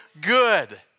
good